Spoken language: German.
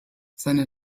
seine